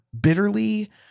bitterly